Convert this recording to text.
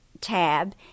tab